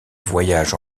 voyage